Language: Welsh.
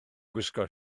gwisgo